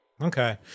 Okay